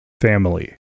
family